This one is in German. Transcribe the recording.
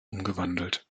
umgewandelt